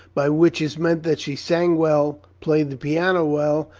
by which is meant that she sang well, played the piano well,